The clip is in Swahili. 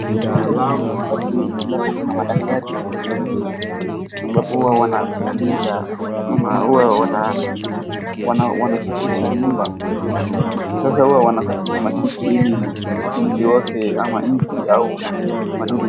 Hapa kuna watu ambapo kuna madaktari wawili, ambapo huwa wanatengeneza ama huwa wanasafisha nyumba. Sasa huwa wanasafisha matiti ili nzi wote ama nzi au madudu.